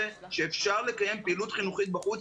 ואכן אפשר לקיים פעילות חינוכית בחוץ,